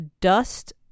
dust